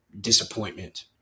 disappointment